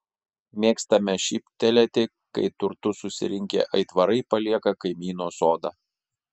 mėgstame šyptelėti kai turtus susirinkę aitvarai palieka kaimyno sodą